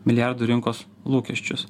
milijardų rinkos lūkesčius